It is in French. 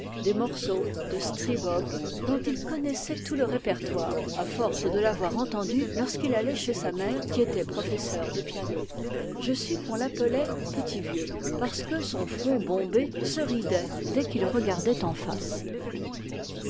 des morceaux de streabbog dont il connaissait tout le répertoire à force de l'avoir entendu lorsqu'il allait chez sa mère qui était professeur de piano je sus qu'on l'appelait petit vieux parce que son front bombé se ridait dès qu'il regardait en face